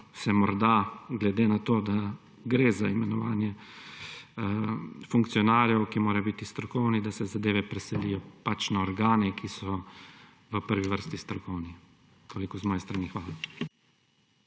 se morda glede na to, da gre za imenovanje funkcionarjev, ki morajo biti strokovni, da se zadeve preselijo pač na organe, ki so v prvi vrsti strokovni. Toliko z moje strani. Hvala.